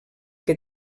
que